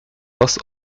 loss